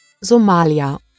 Somalia